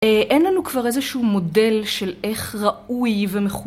אין לנו כבר איזשהו מודל של איך ראוי